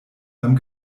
beim